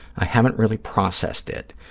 i haven't really processed it.